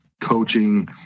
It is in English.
coaching